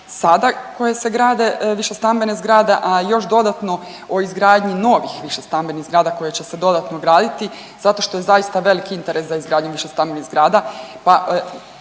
sada koje se grade višestambene zgrade, a još dodatno o izgradnji novih višestambenih zgrada koje će se dodatno graditi zato što je zaista velik interes za izgradnju višestambenih zgrada,